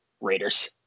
Raiders